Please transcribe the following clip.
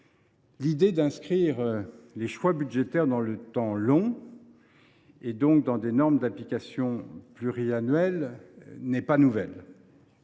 L’idée d’inscrire les choix budgétaires dans le temps long, et donc dans des normes d’application pluriannuelles, n’est pas nouvelle.